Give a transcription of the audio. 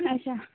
اَچھا